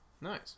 Nice